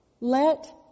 Let